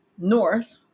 north